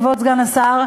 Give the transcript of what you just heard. כבוד סגן השר,